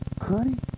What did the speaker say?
Honey